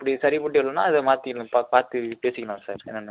அப்படி சரிப்பட்டு வரலன்னா அது மாற்றி நம்ம பா பார்த்து பேசிக்கலாம் சார் என்னென்னு